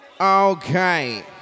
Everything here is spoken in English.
Okay